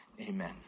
Amen